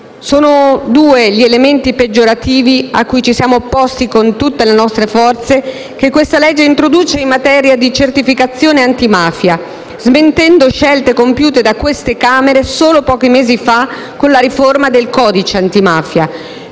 Sono due gli elementi peggiorativi, cui ci siamoopposti con tutte le nostre forze, che questo disegno di legge introduce in materia di certificazione antimafia, smentendo scelte compiute da queste Camere solo pochi mesi fa con la riforma del codice antimafia.